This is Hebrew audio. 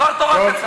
דבר תורה.